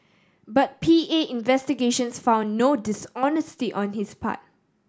but P A investigations found no dishonesty on his part